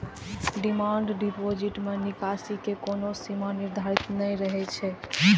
demand deposit मे निकासी के कोनो सीमा निर्धारित नै रहै छै